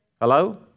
Hello